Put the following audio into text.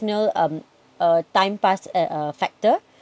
no um uh time passed uh uh factor